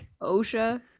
OSHA